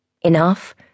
Enough